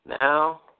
Now